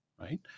Right